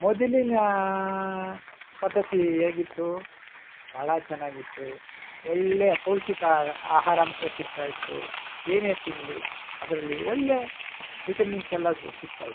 ಮೊದಲಿನ ಪದ್ಧತಿ ಹೇಗಿತ್ತು ಭಾಳ ಚೆನ್ನಾಗಿತ್ತು ಒಳ್ಳೆಯ ಪೌಷ್ಟಿಕ ಆಗ ಆಹಾರಾಂಶ ಸಿಕ್ತಾ ಇತ್ತು ಏನೇ ತಿನ್ನಲಿ ಅದರಲ್ಲಿ ಒಳ್ಳೆಯ ವಿಟಮಿನ್ಸ್ ಎಲ್ಲ ಜ ಸಿಕ್ತಾ ಇತ್ತು